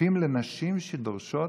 חופים לנשים שדורשות